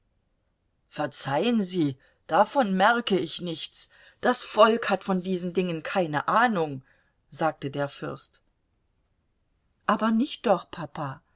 verzeihen sie davon merke ich nichts das volk hat von diesen dingen keine ahnung sagte der fürst aber nicht doch papa